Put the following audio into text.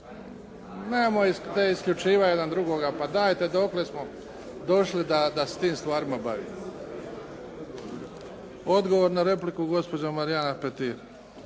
Nemojte isključivat jedan drugoga, pa dajte dokle smo došli da se tim stvarima bavimo. Odgovor na repliku, gospođa Marijana Petir.